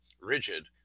rigid